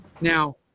Now